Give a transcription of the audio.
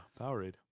Powerade